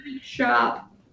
shop